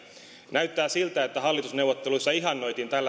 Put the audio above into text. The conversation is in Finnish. näyttää siltä että hallitusneuvotteluissa ihannoitiin